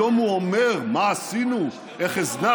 היום הוא אומר, מה עשינו, איך הזנחתי.